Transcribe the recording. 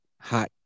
hot